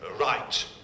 right